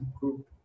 group